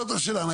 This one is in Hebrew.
זאת השאלה.